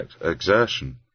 exertion